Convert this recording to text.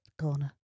corner